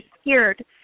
scared